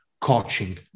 coaching